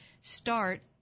start